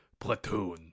platoon